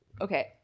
Okay